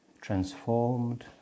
transformed